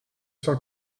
cent